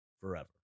forever